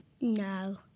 No